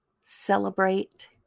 celebrate